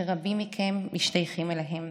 שרבים מכם משתייכים אליהם,